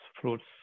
fruits